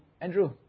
Andrew